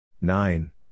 Nine